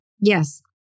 Yes